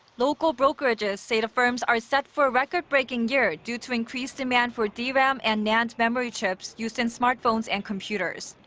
local brokerages say the firms are set for a record-breaking year, due to increased demand for dram and nand memory chips used in smartphones and computers.